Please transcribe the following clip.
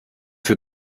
für